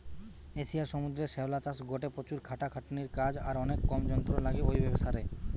এশিয়ার সমুদ্রের শ্যাওলা চাষ গটে প্রচুর খাটাখাটনির কাজ আর অনেক কম যন্ত্র লাগে ঔ ব্যাবসারে